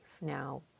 Now